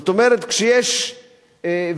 זאת אומרת, כשיש ויכוח